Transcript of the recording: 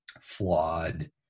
flawed